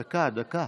דקה.